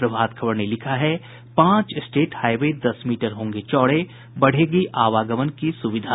प्रभात खबर ने लिखा है पांच स्टेट हाईवे दस मीटर होंगे चौड़ें बढ़ेगी आवागमन की सुविधा